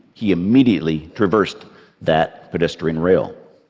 he immediately traversed that pedestrian rail,